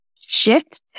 shift